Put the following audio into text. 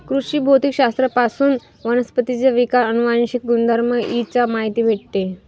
कृषी भौतिक शास्त्र पासून वनस्पतींचा विकास, अनुवांशिक गुणधर्म इ चा माहिती भेटते